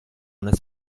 una